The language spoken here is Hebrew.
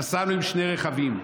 נסענו עם שני רכבים.